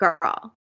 Girl